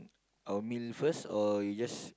a meal first or you just